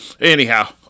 Anyhow